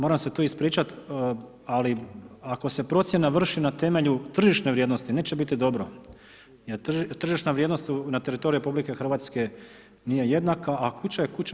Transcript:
Moram se tu ispričat, ali ako se procjena vrši na temelju tržišne vrijednosti, neće biti dobro jer tržišna vrijednost na teritoriju RH nije jednaka, a kuća je kuća.